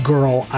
Girl